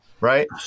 right